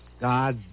God